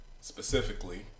specifically